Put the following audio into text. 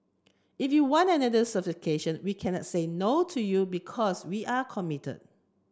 if you want another certification we cannot say no to you because we're commit